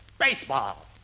Baseball